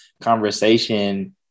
conversation